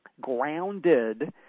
grounded